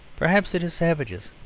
perhaps it is savages.